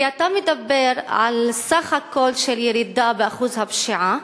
כי אתה מדבר על סך הכול של ירידה בשיעור הפשיעה,